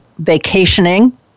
vacationing